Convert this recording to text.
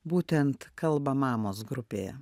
būtent kalba mamos grupėje